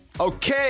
Okay